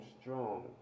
strong